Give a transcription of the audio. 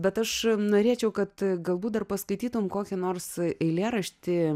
bet aš norėčiau kad galbūt dar paskaitytum kokį nors eilėraštį